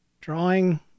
drawing